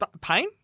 pain